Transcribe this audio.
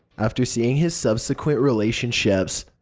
after seeing his subsequent relationships,